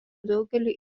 daugeliui